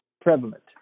prevalent